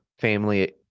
family